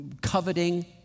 coveting